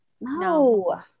No